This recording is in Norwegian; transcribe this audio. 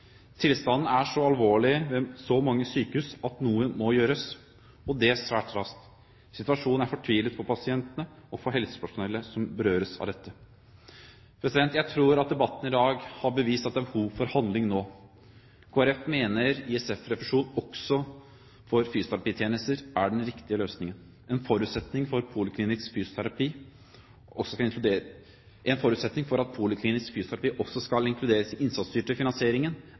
Tilstanden er så alvorlig ved så mange sykehus at noe må gjøres, og det svært raskt. Situasjonen er fortvilet for pasientene og for helsepersonellet som berøres av dette. Jeg tror debatten i dag har vist at det er behov for handling nå. Kristelig Folkeparti mener ISF-refusjon også for fysioterapitjenester er den riktige løsningen. En forutsetning for at poliklinisk fysioterapi også skal inkluderes i den innsatsstyre finansieringen, er at aktiviteten i poliklinikkene registreres og kostnadsberegnes. Dette er på plass, aktiviteten har vært registrert i